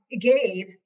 Gabe